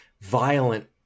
violent